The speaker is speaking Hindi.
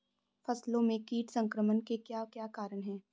फसलों में कीट संक्रमण के क्या क्या कारण है?